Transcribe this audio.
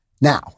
Now